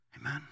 Amen